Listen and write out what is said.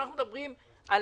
אנחנו מדברים על